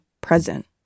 present